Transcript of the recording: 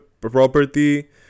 property